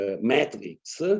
matrix